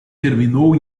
terminou